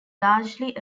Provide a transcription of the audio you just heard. largely